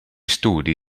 studi